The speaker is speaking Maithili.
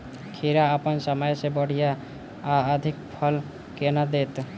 खीरा अप्पन समय सँ बढ़िया आ अधिक फल केना देत?